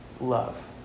love